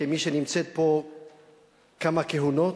כמי שנמצאת פה כמה כהונות,